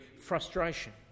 frustration